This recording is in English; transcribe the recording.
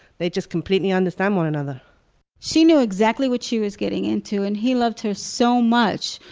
they just completely understand one another she knew exactly what she was getting into and he loved her so much,